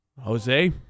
Jose